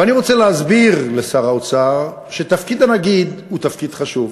ואני רוצה להסביר לשר האוצר שתפקיד הנגיד הוא תפקיד חשוב.